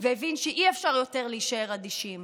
והבין שאי-אפשר יותר להישאר אדישים.